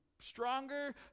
stronger